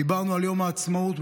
דיברנו על יום העצמאות,